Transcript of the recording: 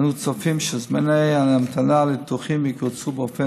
אנו צופים שזמני ההמתנה לניתוחים יקוצרו באופן